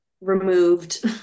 removed